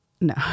No